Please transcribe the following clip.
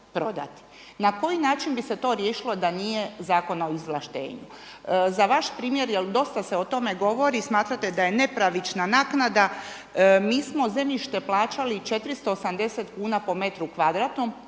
Na koji način bi se to riješilo da nije Zakona o izvlaštenju? Za vaš primjer jel dosta se o tome govori smatrate da je nepravična naknada, mi smo zemljište plaćali 480 kuna po metru kvadratnom